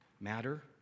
matter